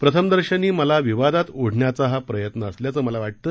प्रथमदर्शनी मला विवादात ओढण्याचा हा प्रयत्न असल्याचे मला वाटले